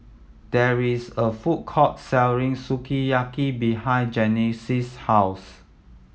there is a food court selling Sukiyaki behind Genesis' house